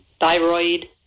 thyroid